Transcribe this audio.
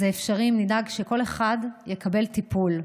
זה אפשרי אם נדאג שכל אחד יקבל טיפול,